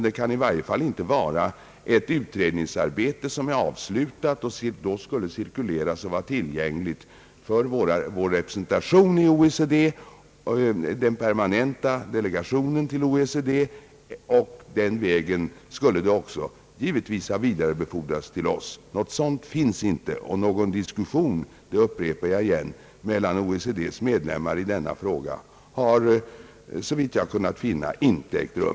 Det kan i varje fall inte vara ett utredningsarbete som är avslutat och som då skulle ha cirkulerats och varit tillgängligt för vår permanenta delegation i OECD. På den vägen skulle det också givetvis ha vidarebefordrats till oss. Något sådant finns inte, och någon diskussion — jag upprepar det — mellan OECD:s medlemmar i denna fråga har, såvitt jag kunnat finna, inte ägt rum.